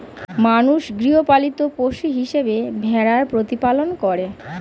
মানুষ গৃহপালিত পশু হিসেবে ভেড়ার প্রতিপালন করে